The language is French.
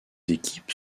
équipes